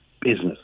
business